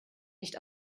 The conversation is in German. nicht